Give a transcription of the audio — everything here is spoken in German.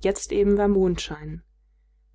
jetzt eben war mondschein